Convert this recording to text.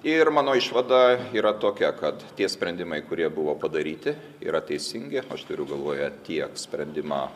ir mano išvada yra tokia kad tie sprendimai kurie buvo padaryti yra teisingi aš turiu galvoje tiek sprendimą